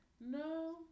No